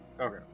Okay